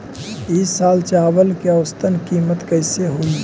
ई साल चावल के औसतन कीमत कैसे हई?